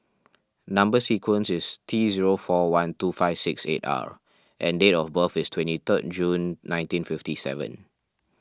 Number Sequence is T zero four one two five six eight R and date of birth is twenty third June nineteen fifty seven